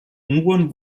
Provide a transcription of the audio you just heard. unruhen